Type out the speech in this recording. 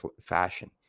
fashion